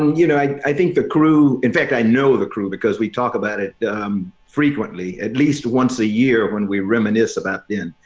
you know, i i think the crew in fact, i know the crew because we talk about it frequently at least once a year when we reminisce about then.